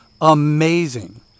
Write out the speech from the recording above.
amazing